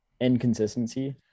inconsistency